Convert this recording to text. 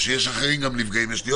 אם הוא